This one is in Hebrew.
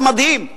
זה מדהים,